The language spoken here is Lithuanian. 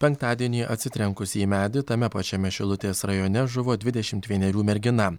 penktadienį atsitrenkusi į medį tame pačiame šilutės rajone žuvo dvidešimt vienerių mergina